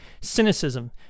Cynicism